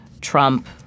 Trump